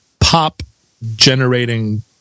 pop-generating